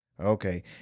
Okay